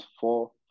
four